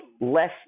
less